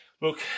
look